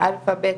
אלפא בתא,